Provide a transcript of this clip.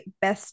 best